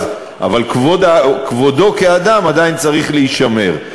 אבל כבודו כאדם עדיין צריך להישמר.